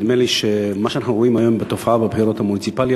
נדמה לי שמה שאנחנו רואים היום כתופעה בבחירות המוניציפליות,